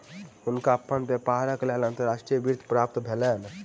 हुनका अपन व्यापारक लेल अंतर्राष्ट्रीय वित्त प्राप्त भेलैन